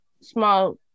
Small